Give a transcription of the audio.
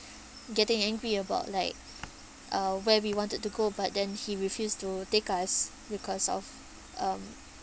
getting angry about like uh where we wanted to go but then he refused to take us because of um